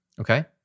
okay